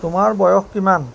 তোমাৰ বয়স কিমান